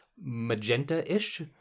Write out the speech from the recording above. magenta-ish